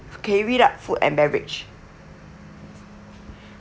okay read up food and beverage